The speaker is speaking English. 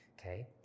okay